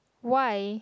why